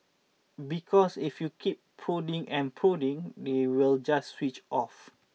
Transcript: because if you keep prodding and prodding they will just switch off